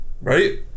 Right